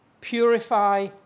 Purify